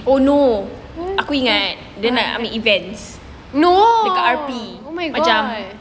oh no aku ingat dia nak ambil event dekat R_P macam